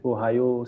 Ohio